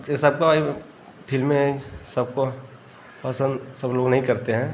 ये सब का ही फिल्में सबको पसंद सब लोग नही करते हैं